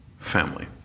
Family